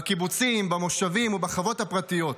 בקיבוצים, במושבים או בחוות הפרטיות.